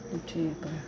तो ठीक है